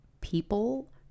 people